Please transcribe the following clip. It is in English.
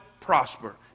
prosper